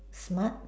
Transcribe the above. smart